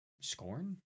Scorn